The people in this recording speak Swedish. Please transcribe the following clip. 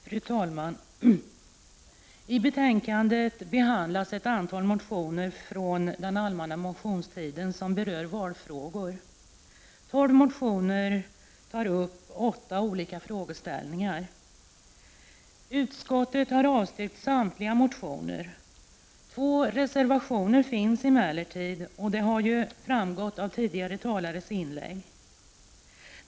Fru talman! I betänkandet behandlas ett antal motioner från den allmänna motionstiden som berör valfrågor. Tolv motioner tar upp åtta olika frågeställningar. Utskottet har avstyrkt samtliga motioner. Två reservationer finns emellertid, och det har ju framgått av tidigare talares inlägg.